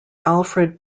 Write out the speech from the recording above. alfred